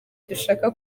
dushaka